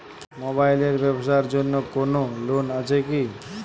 Mobile এর ব্যাবসার জন্য কোন লোন আছে কি?